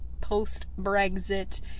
post-Brexit